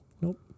Nope